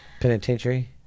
Penitentiary